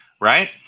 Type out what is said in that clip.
right